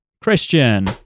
Christian